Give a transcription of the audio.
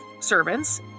servants